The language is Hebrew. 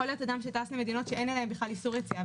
יכול להיות אדם שטס למדינות שאין לגביהן איסור יציאה,